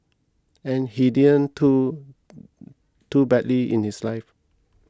and he didn't too too badly in his life